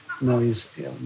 noise